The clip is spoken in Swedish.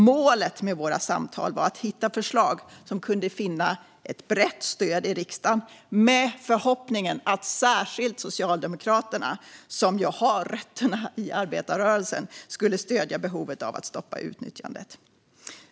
Målet med våra samtal var att hitta förslag som kunde finna ett brett stöd i riksdagen, med förhoppningen att särskilt Socialdemokraterna, som ju har rötterna i arbetarrörelsen, skulle stödja behovet av att stoppa utnyttjandet.